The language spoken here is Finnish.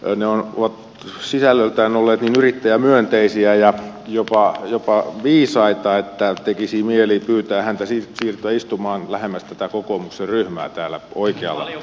ne ovat sisällöltään olleet niin yrittäjämyönteisiä ja jopa viisaita että tekisi mieli pyytää häntä siirtymään istumaan lähemmäs tätä kokoomuksen ryhmää täällä oikealla